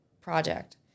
project